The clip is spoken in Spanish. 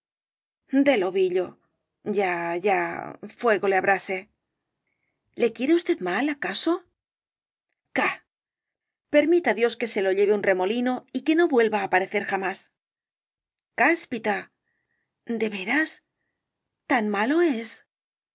ovillo del ovillol ya ya fuego le abrase le quiere usted mal acaso ca permita dios que se lo lleve un remolino y que no vuelva á aparecer jamás cáspita de veras tan malo es